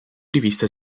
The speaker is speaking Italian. riviste